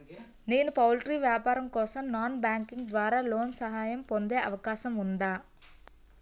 నేను పౌల్ట్రీ వ్యాపారం కోసం నాన్ బ్యాంకింగ్ ద్వారా లోన్ సహాయం పొందే అవకాశం ఉందా?